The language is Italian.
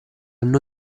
new